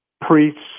priests